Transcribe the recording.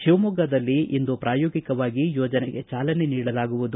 ಶಿವಮೊಗ್ಗದಲ್ಲಿ ಇಂದು ಪ್ರಾಯೋಗಿಕವಾಗಿ ಯೋಜನೆಗೆ ಚಾಲನೆ ನೀಡಲಾಗುವುದು